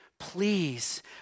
Please